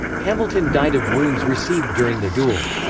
hamilton died of wounds received during the duel.